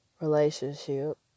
relationship